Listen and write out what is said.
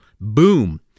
boom